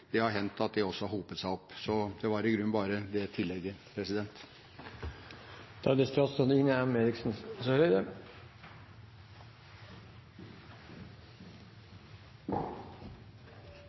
det har hendt at de også har hopet seg opp. Det var i grunnen bare det tillegget jeg hadde. Jeg er